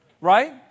Right